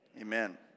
Amen